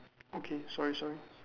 okay sorry sorry